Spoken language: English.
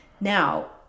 Now